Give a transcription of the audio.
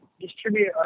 distribute